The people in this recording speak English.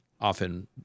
often